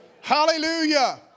Hallelujah